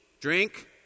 drink